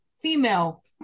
Female